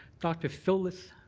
dr. phyllis.